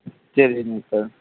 சரிங்க டாக்டர்